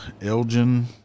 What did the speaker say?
Elgin